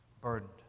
burdened